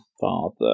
father